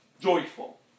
joyful